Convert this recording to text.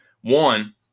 One